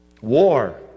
War